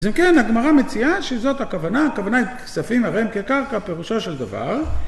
אז אם כן, הגמרה מציעה שזאת הכוונה, הכוונה היא כספין הרם כקרקע, פירושו של דבר